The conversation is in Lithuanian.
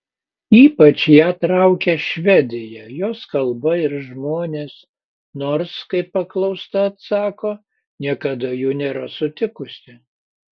ypač ją traukia švedija jos kalba ir žmonės nors kaip paklausta atsako niekada jų nėra sutikusi